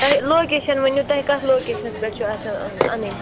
تۄہہِ لوکیشَن ؤنِو تۄہہِ کَتھ لوکیشنَس پٮ۪ٹھ چھُو آسان اَنٕنۍ